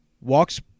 walks